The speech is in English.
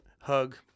hug